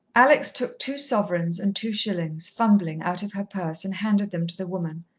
alex took two sovereigns and two shillings, fumbling, out of her purse and handed them to the woman.